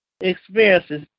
Experiences